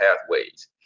pathways